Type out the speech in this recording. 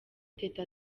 teta